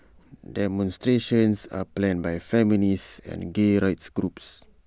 demonstrations are planned by feminist and gay rights groups